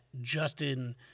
Justin